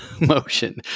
motion